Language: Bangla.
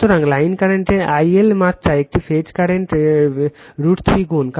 সুতরাং লাইন কারেন্টের IL মাত্রা এটি ফেজ কারেন্টের √ 3 গুণ